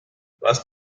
was